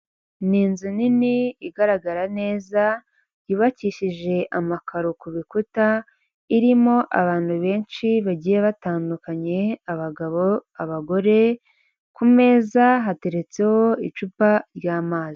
Ni inzu nini igaragara neza yubakishije amakaro ku bikuta, irimo abantu benshi bagiye batandukanye abagabo, abagore, ku meza hateretseho icupa ry'amazi.